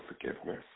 forgiveness